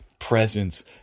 presence